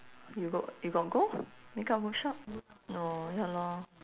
you got you got go makeup workshop no ya lor